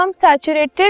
saturated